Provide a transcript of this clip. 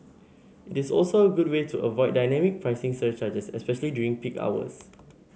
it is also a good way to avoid dynamic pricing surcharges especially during peak hours